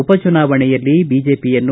ಉಪ ಚುನಾವಣೆಯಲ್ಲಿ ಬಿಜೆಪಿಯನ್ನು